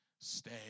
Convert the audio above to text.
stay